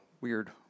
weird